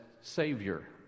Savior